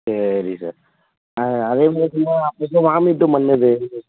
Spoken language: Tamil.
சரி சார் ஆ அதே மாரின்னா அப்பப்போ வாமிட்டும் பண்ணுது